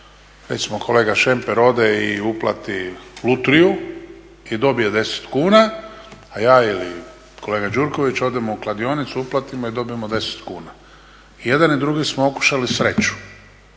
recimo kolega Šemper ode i uplati lutriju i dobije 10 kuna, a ja ili kolega Gjurković odemo u kladionicu uplatimo i dobijemo 10 kuna. i jedan i drugi smo okušali sreću